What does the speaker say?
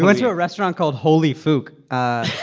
went to a restaurant called ho lee fook.